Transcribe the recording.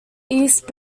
east